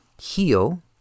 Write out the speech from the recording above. heal